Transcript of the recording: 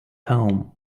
home